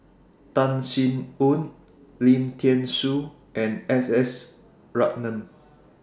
Tan Sin Aun Lim Thean Soo and S S Ratnam